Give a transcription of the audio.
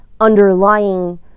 underlying